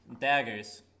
Daggers